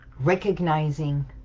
recognizing